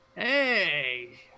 Hey